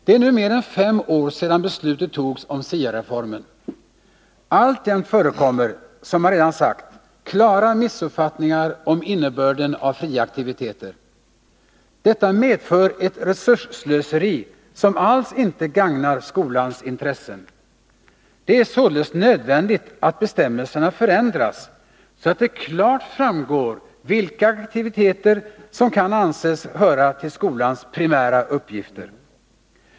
Det är nu mer än fem år sedan beslutet togs om SIA-reformen. Alltjämt förekommer, som jag redan sagt, klara missuppfattningar om innebörden av fria aktiviteter. Detta medför ett resursslöseri, som alls inte gagnar skolans intressen. Det är således nödvändigt att bestämmelserna förändras, så att det klart framgår vilka aktiviteter som kan anses höra till skolans primära uppgifter.